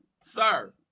sir